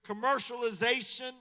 Commercialization